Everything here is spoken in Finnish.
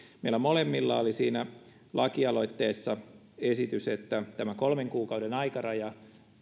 meillä molemmilla oli siinä lakialoitteessa esitys että kolmen kuukauden aikaraja